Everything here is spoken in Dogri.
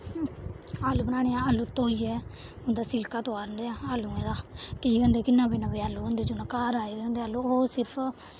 आलू बनाने आलू धोइये उं'दा सिल्का तोआरना आलूएं दा केईं होंदे कि नमें नमें आलू होंदे जि'यां घर आए दे होंदे आलू ओह् सिर्फ